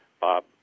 Bob